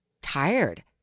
tired